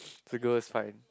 the girl is fine